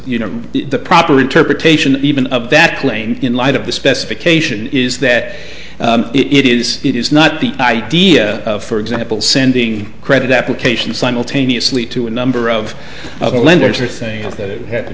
you know the proper interpretation even of that plane in light of the specification is that it is it is not the idea for example sending credit application simultaneously to a number of other lenders or think if it ha